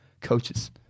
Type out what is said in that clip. coaches